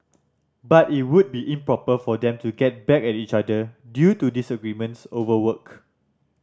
but it would be improper for them to get back at each other due to disagreements over work